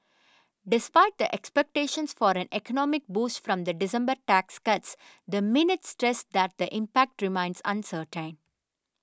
despite the expectations for an economic boost from the December tax cuts the minutes stressed that the impact remains uncertain